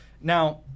Now